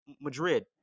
Madrid